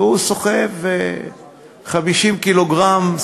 והוא סוחב 50 קילוגרם,